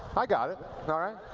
i got it. all right?